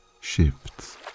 shifts